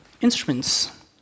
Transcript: instruments